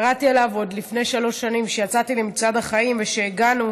קראתי עליו עוד לפני שלוש שנים כשיצאתי למצעד החיים וכשהגענו